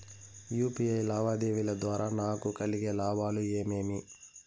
UPI లావాదేవీల ద్వారా నాకు కలిగే లాభాలు ఏమేమీ?